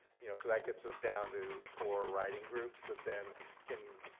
you know so that gets us down to four writing groups that then can,